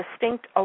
distinct